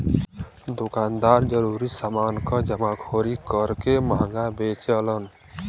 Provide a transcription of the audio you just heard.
दुकानदार जरूरी समान क जमाखोरी करके महंगा बेचलन